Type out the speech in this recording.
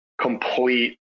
complete